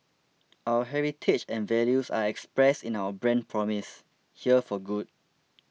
our heritage and values are expressed in our brand promise here for good